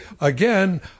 again